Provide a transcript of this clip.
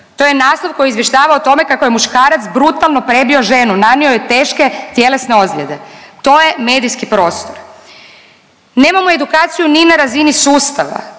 To je naslov koji izvještava o tome kako je muškarac brutalno prebio ženu, nanio joj teške tjelesne ozljede. To je medijski prostor. Nemamo edukaciju ni na razini sustava.